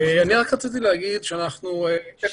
אני רק רציתי להגיד, התהליך